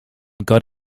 got